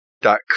dot